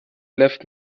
left